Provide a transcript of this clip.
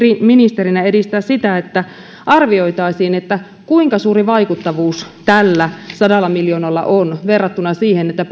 ministerinä edistää sitä että arvioitaisiin kuinka suuri vaikuttavuus tällä sadalla miljoonalla on verrattuna siihen että